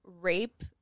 rape